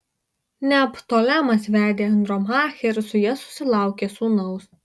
neoptolemas vedė andromachę ir su ja susilaukė sūnaus